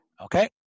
Okay